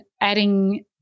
adding